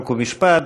חוק ומשפט.